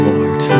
Lord